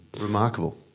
Remarkable